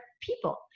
people